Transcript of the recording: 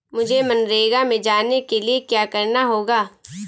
मुझे मनरेगा में जाने के लिए क्या करना होगा?